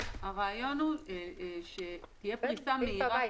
הרעיון הוא שתהיה פריסה מהירה.